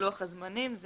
לוחות הזמנים של